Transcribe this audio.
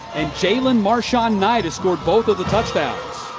and jaylen marson-knight scored both of the touchdowns.